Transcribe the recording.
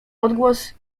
odgłos